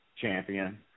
champion